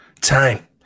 time